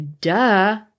duh